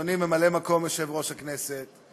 אדוני ממלא מקום יושב-ראש הכנסת,